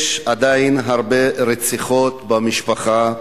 יש עדיין הרבה רציחות במשפחה,